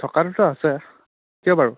থকা দুটা আছে কিয় বাৰু